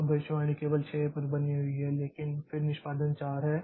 तो भविष्यवाणी केवल 6 पर बनी हुई है लेकिन फिर निष्पादन 4 है